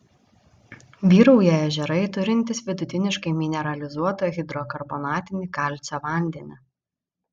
vyrauja ežerai turintys vidutiniškai mineralizuotą hidrokarbonatinį kalcio vandenį